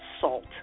salt